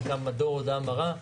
זה נקרא מדור הודעה מרה.